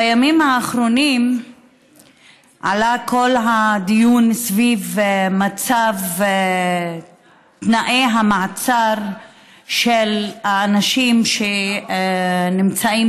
בימים האחרונים עלה כל הדיון סביב תנאי המעצר של האנשים שנמצאים